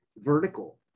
vertical